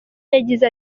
yagize